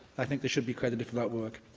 i think they should be credited for that work.